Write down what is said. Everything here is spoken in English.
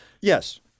Yes